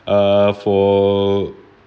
uh for